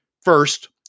first